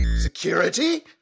Security